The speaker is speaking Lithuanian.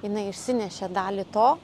jinai išsinešė dalį to